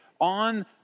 on